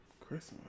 Christmas